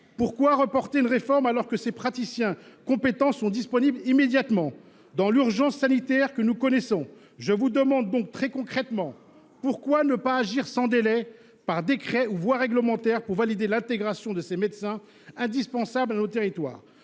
Pourquoi reporter une réforme alors que ces praticiens compétents sont disponibles immédiatement dans l'urgence sanitaire que nous connaissons ? Je vous demande donc très concrètement Pourquoi ne pas agir sans délai, par décret ou voire réglementaire, pour valider l'intégration de ces médecins, indispensable à nos territoires ?